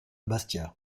bastia